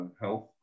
health